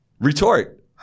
Retort